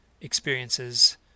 experiences